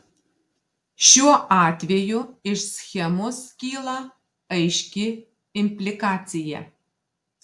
šiuo atveju iš schemos kyla aiški implikacija